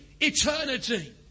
eternity